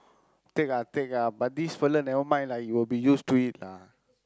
take ah take ah but this fella nevermind lah you will be used to it lah